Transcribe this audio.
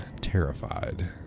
terrified